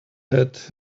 add